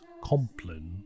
Compline